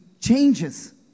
changes